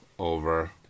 Over